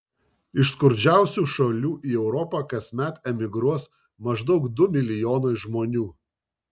iš skurdžiausių šalių į europą kasmet emigruos maždaug du milijonai žmonių